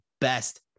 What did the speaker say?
best